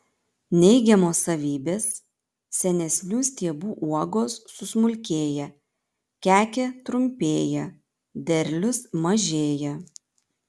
neigiamos savybės senesnių stiebų uogos susmulkėja kekė trumpėja derlius mažėja